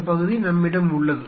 இந்தப்பகுதி நம்மிடம் உள்ளது